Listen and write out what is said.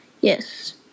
Yes